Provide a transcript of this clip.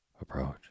Approach